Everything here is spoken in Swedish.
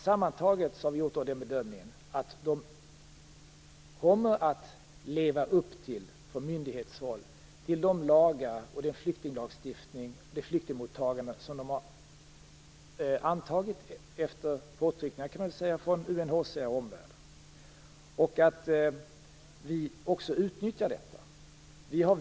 Sammantaget har vi gjort bedömningen att man från myndighetshåll kommer att leva upp till de lagar och det flyktingmottagande som man har antagit efter påtryckningar från UNHCR och omvärlden. Vi utnyttjar också detta.